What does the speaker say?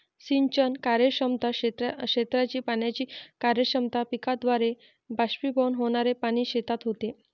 सिंचन कार्यक्षमता, क्षेत्राची पाण्याची कार्यक्षमता, पिकाद्वारे बाष्पीभवन होणारे पाणी शेतात होते